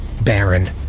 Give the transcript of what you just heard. Baron